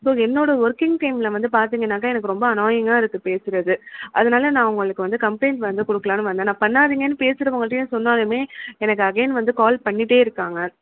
so என்னோடய working டைமில் வந்து பார்த்திங்கன்னாக்க எனக்கு ரொம்ப அன்னாயிங்காக இருக்குது பேசுவது அதனால நான் உங்களுக்கு வந்து கம்ப்ளைண்ட் வந்து கொடுக்கலாம்னு வந்தேன் நான் பண்ணாதிங்கன்னு பேசுகிறவங்கள்டயும் சொன்னாலும் எனக்கு அகைன் வந்து கால் பண்ணிகிட்டே இருக்காங்க